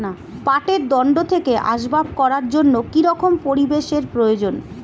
পাটের দণ্ড থেকে আসবাব করার জন্য কি রকম পরিবেশ এর প্রয়োজন?